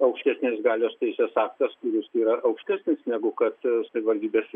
aukštesnės galios teisės aktas kuris yra aukštesnis negu kad savivaldybės